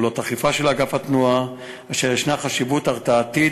פעולות אכיפה של אגף התנועה אשר יש חשיבות הרתעתית